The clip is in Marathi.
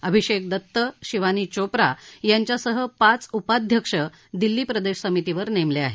अभिषेक दत्त शिवानी चोप्रा यांच्यासह पाच उपाध्यक्ष दिल्ली प्रदेश समितीवर नेमले आहेत